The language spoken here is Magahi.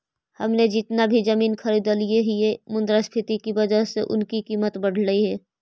हमने जितना भी जमीनें खरीदली हियै मुद्रास्फीति की वजह से उनकी कीमत बढ़लई हे